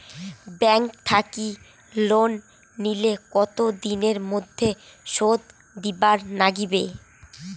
Bank থাকি loan নিলে কতো দিনের মধ্যে শোধ দিবার নাগিবে?